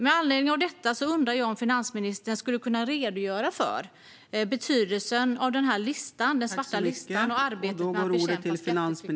Med anledning av detta undrar jag om finansministern skulle kunna redogöra för betydelsen av den svarta listan och arbetet med att bekämpa skatteflykten.